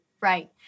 Right